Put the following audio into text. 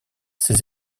ses